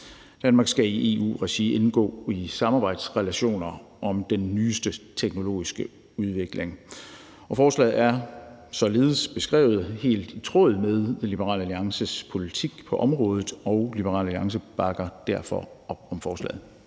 Danmark skal i EU-regi indgå i samarbejdsrelationer om den nyeste teknologiske udvikling. Forslaget er således beskrevet helt i tråd med Liberal Alliances politik på området, og Liberal Alliance bakker derfor op om forslaget.